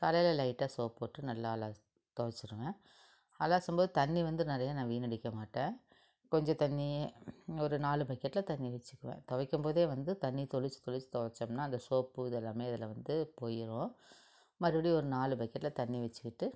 காலையில் லைட்டாக சோப் போட்டு நல்லா அலஸ் துவைச்சிருவேன் அலசும்போது தண்ணீர் வந்து நிறையா நான் வீணடிக்க மாட்டேன் கொஞ்ச தண்ணீர் ஒரு நாலு பக்கெட்ல தண்ணீர் வச்சிக்குவேன் துவைக்கும்போதே வந்து தண்ணீர் தெளிச்சி தெளிச்சி துவைச்சம்னா அந்த சோப்பு இது எல்லாமே இதில் வந்து போயிடும் மறுபடி ஒரு நாலு பக்கெட்ல தண்ணீர் வச்சிக்கிட்டு